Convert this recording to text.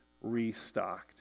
restocked